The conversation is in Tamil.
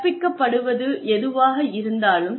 கற்பிக்கப்படுவது எதுவாக இருந்தாலும்